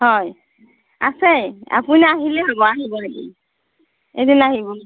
হয় আছে আপুনি আহিলেই হ'ব আহিব এদিন এদিন আহিব